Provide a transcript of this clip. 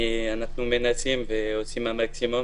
אנחנו מנסים ועושים מאמצים,